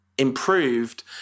Improved